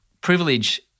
privilege